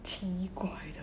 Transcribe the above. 奇怪的